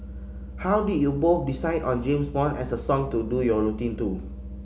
how did you both decide on James Bond as a song to do your routine to